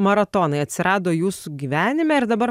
maratonai atsirado jūsų gyvenime ir dabar